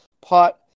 pot